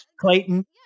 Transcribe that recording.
Clayton